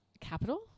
capital